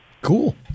Cool